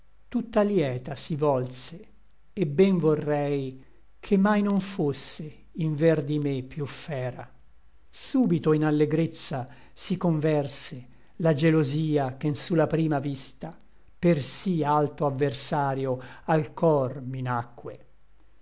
tutta lieta si volse et ben vorrei che mai non fosse inver di me piú fera súbito in alleggrezza si converse la gelosia che n su la prima vista per sí alto adversario al cor mi nacque